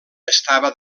estava